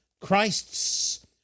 Christs